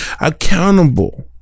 accountable